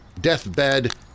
Deathbed